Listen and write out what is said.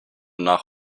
nach